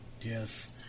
Yes